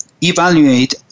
evaluate